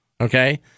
Okay